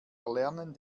erlernen